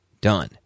Done